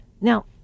Now